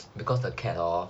because the cat orh